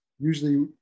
usually